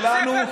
שלנו,